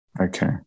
Okay